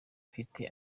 ifite